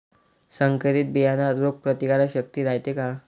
संकरित बियान्यात रोग प्रतिकारशक्ती रायते का?